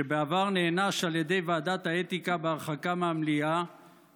שבעבר נענש על ידי ועדת האתיקה בהרחקה מהמליאה